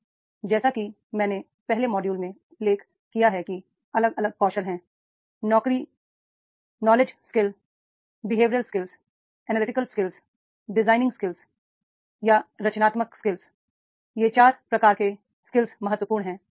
अब जैसा कि मैंने पहले मॉड्यूल में उल्लेख किया है कि अलग अलग कौशल हैं नौकरी ज्ञान कौशल नॉलेज स्किल्स व्यवहार कौशल बिहेवियर स्किल्स विश्लेषणात्मक कौशल एनालिटिकल स्किल्स और डिजाइ निंग कौशल डि जाइनिंग स्किल्स रचनात्मक कौशल क्रिएटिव स्किल्स 4 प्रकार के कौशल महत्वपूर्ण हैं